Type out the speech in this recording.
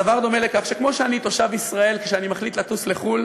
כמו שאני, תושב ישראל, כשאני מחליט לטוס לחו"ל